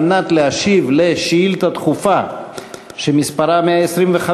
על מנת להשיב על שאילתה דחופה שמספרה 125,